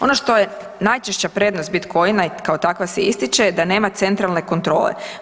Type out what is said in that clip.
Ono što je najčešća prednost bitcoin-a i kao takva se ističe je da nema centralne kontrole.